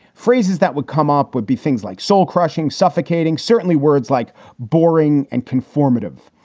phrases that would come up would be things like soul crushing, suffocating, certainly words like boring and informative.